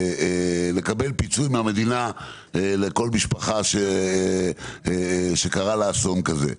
לקבל פיצוי מהמדינה לכל משפחה שקרה לה אסון כזה.